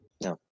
No